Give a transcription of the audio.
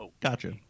Gotcha